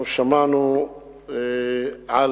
שמענו על